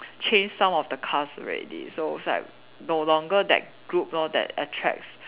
change some of the cast already so it's like no longer that group lor that attracts